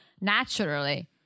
naturally